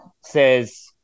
says